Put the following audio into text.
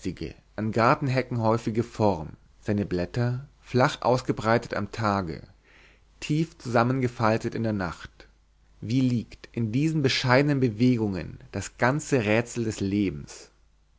an gartenhecken häufige form seine blätter flach ausgebreitet am tage dicht zusammengefaltet in der nacht wie liegt in diesen bescheidenen bewegungen das ganze rätsel des lebens